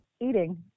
eating